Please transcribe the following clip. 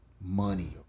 money